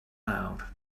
loud